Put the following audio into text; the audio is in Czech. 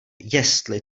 jestli